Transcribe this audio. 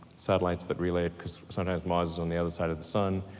satellites that really, cause sometimes mars is on the other side of the sun,